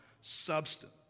substance